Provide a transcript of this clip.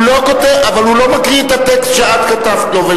אבל הוא לא מקריא את הטקסט שאת כתבת לו,